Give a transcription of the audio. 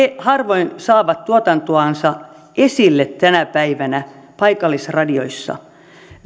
harvoin saavat tuotantoansa esille tänä päivänä paikallisradioissa